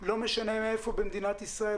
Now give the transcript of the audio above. לא משנה מאיפה במדינת ישראל,